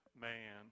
man